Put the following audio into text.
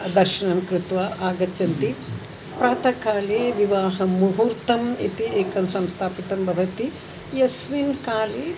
दर्शनं कृत्वा आगच्छन्ति प्रातःकाले विवाहं मुहूर्तम् इति एकं संस्थापितं भवति यस्मिन् काले